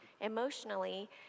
emotionally